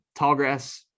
Tallgrass